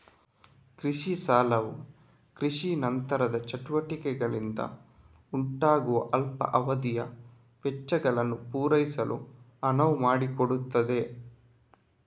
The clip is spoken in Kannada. ಕೃಷಿ ಸಾಲವು ಕೃಷಿ ನಂತರದ ಚಟುವಟಿಕೆಗಳಿಂದ ಉಂಟಾಗುವ ಅಲ್ಪಾವಧಿಯ ವೆಚ್ಚಗಳನ್ನು ಪೂರೈಸಲು ಅನುವು ಮಾಡಿಕೊಡುತ್ತದೆ